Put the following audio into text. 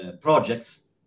projects